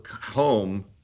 home